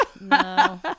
No